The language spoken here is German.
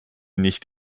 nicht